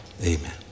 amen